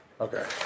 Okay